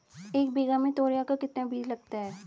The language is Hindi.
एक बीघा में तोरियां का कितना बीज लगता है?